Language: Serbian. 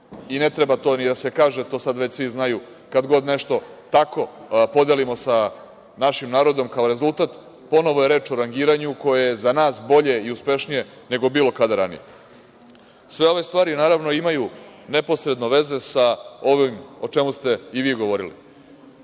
I ne treba to ni da se kaže, to sad već svi znaju, kad god nešto tako podelimo sa našim narodom kao rezultat. Ponovo je reč o rangiranju koje je za nas bolje i uspešnije nego bilo kada ranije. Sve ove stvari imaju neposredno veze sa ovim o čemu ste i vi govorili,